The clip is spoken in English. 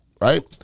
right